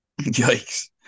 yikes